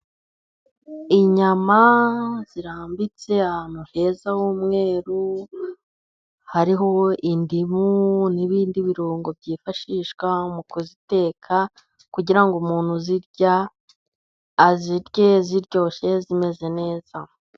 Inyama zirambitse ahantu heza h'umweru hariho indimu, n'ibindi birungo byifashishwa mu kuziteka kugira ngo umuntu uzirya azirye ziryoshye zimeze neza.